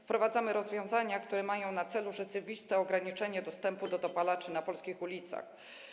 Wprowadza rozwiązania, które mają na celu rzeczywiste ograniczenie dostępu do dopalaczy na polskich ulicach.